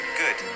good